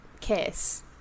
kiss